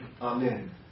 Amen